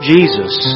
Jesus